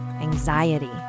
anxiety